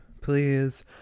please